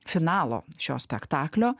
finalo šio spektaklio